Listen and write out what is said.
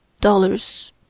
dollars